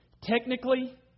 technically